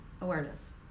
awareness